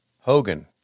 Hogan